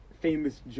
famous